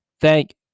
Thank